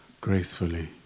gracefully